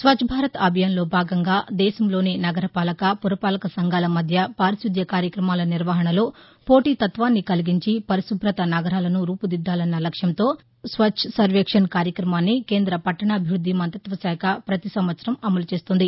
స్వచ్చ భారత్ అభియాన్లో భాగంగా దేశంలోని నగరపాలక పురపాలక సంఘాల మధ్య పారిశుద్య కార్యక్రమాల నిర్వహణలో పోటీతత్వాన్ని కలిగించి పరిశుభత నగరాలను రూపుదిద్దాలన్న లక్ష్యంతో స్వచ్చసర్వేక్షణ్ కార్యక్రమాన్ని కేంద్ర పట్టణాభివృద్ది మంతిత్వ శాఖ ప్రతి సంవత్సరం అమలు చేస్తోంది